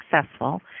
successful